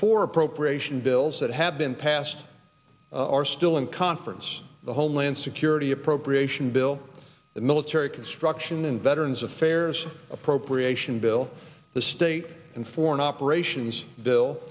for appropriation bills that have been passed are still in conference the homeland security appropriation bill the military construction and veterans affairs appropriation bill the state and foreign operations bill